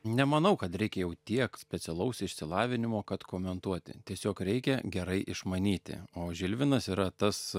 nemanau kad reikia jau tiek specialaus išsilavinimo kad komentuoti tiesiog reikia gerai išmanyti o žilvinas yra tas